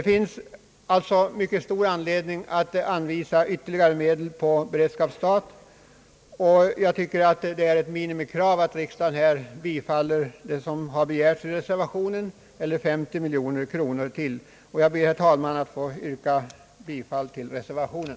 Det finns alltså mycket stor anledning att anvisa ytterligare medel på tilläggsstat för detta ändamål. Jag anser att det är ett minimikrav att riksdagen bifaller vad som har begärts i reservationen, eller en anslagsökning på 50 miljoner kronor. Jag ber, herr talman, att få yrka bifall till reservationen.